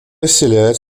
вселяет